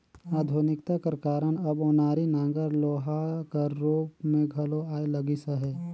आधुनिकता कर कारन अब ओनारी नांगर लोहा कर रूप मे घलो आए लगिस अहे